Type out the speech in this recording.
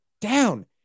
down